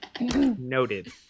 Noted